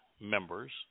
members